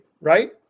right